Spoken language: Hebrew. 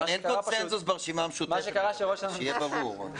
אין קונצנזוס ברשימה המשותפת שיהיה ברור.